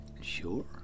sure